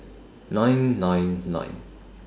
nine nine nine